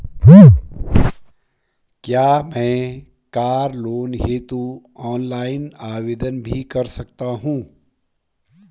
क्या मैं car loan हेतु ऑनलाइन आवेदन भी कर सकता हूँ?